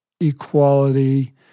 equality